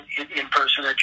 in-person